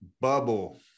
Bubble